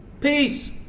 peace